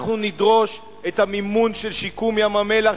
אנחנו נדרוש את המימון של שיקום ים-המלח,